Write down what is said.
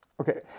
Okay